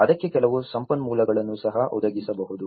ಅದಕ್ಕೆ ಕೆಲವು ಸಂಪನ್ಮೂಲಗಳನ್ನು ಸಹ ಒದಗಿಸಬಹುದು